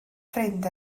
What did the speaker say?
ffrind